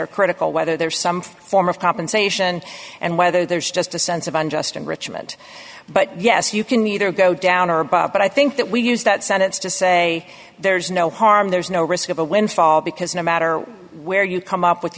are critical whether there is some form of compensation and whether there's just a sense of unjust enrichment but yes you can either go down or but i think that we use that sentence to say there's no harm there's no risk of a windfall because no matter where you come up with